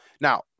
Now